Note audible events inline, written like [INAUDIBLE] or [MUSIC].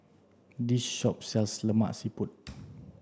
this shop sells Lemak Siput [NOISE]